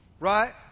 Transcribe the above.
right